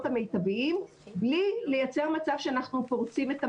המיטביים בלי לייצר מצב שאנחנו פורצים את המערכת.